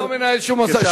אני לא מנהל שום משא-ומתן.